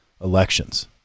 elections